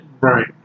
Right